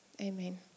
amen